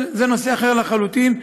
זה נושא אחר לחלוטין,